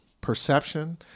perception